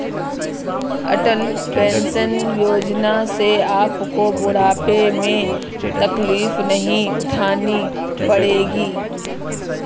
अटल pension Yojana से आपको बुढ़ापे में तकलीफ नहीं उठानी पड़ेगी